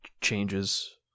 changes